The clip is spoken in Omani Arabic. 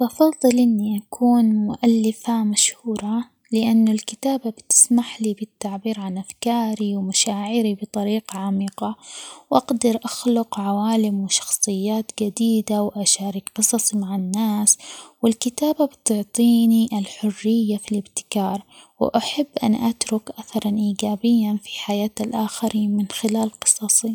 بفضل إنى أكون مؤلفة مشهورة؛ لأن الكتابة بتسمح لي بالتعبير عن أفكاري، ومشاعري بطريقة عميقة، وأقدر أخلق عوالم، وشخصيات جديدة، وأشارك قصص مع الناس ،والكتابة بتعطيني الحرية في الإبتكار، وأحب أن أترك أثرًا إيجابيًا في حياة الآخرين من خلال قصصي.